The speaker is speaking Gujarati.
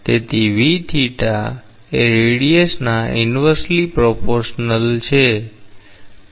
તેથી એ ત્રિજ્યાના ઇનવર્સલી પ્રોપોશનલ છે